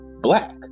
black